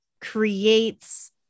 creates